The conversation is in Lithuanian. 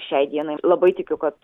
šiai dienai labai tikiu kad